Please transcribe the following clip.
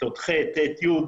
כיתות ח', ט', י'